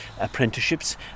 apprenticeships